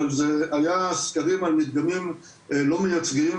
אבל זה היה סקרים על מדגמים לא מייצגים,